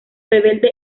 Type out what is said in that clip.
rebelde